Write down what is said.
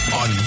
on